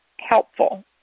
helpful